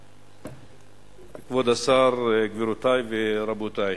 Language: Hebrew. תודה רבה, כבוד השר, גבירותי ורבותי,